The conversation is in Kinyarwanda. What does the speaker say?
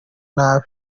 nabi